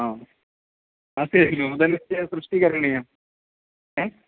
आम् नूतनस्य सृष्टि करणीयम्